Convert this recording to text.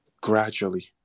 gradually